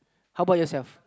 how about yourself